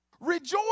Rejoice